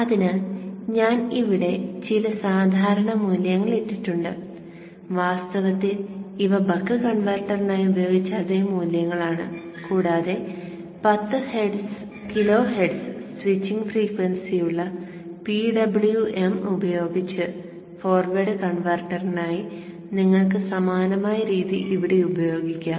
അതിനാൽ ഞാൻ ഇവിടെ ചില സാധാരണ മൂല്യങ്ങൾ ഇട്ടിട്ടുണ്ട് വാസ്തവത്തിൽ ഇവ ബക്ക് കൺവെർട്ടറിനായി ഉപയോഗിച്ച അതേ മൂല്യങ്ങളാണ് കൂടാതെ 10 kHz സ്വിച്ചിംഗ് ഫ്രീക്വൻസിയുള്ള PWM ഉപയോഗിച്ച് ഫോർവേഡ് കൺവെർട്ടറിനായി നിങ്ങൾക്ക് സമാനമായ രീതി ഇവിടെ ഉപയോഗിക്കാം